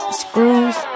screws